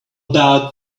about